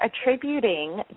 attributing